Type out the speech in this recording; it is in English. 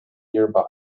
nearby